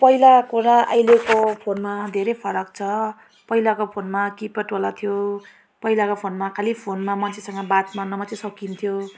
पहिलाको र अहिलेको फोनमा धेरै फरक छ पहिलाको फोनमा किपेडवाला थियो पहिलाको फोनमा खालि फोनमा मान्छेसँग बात मार्नु मत्रै सकिन्थ्यो